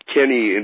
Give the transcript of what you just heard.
Kenny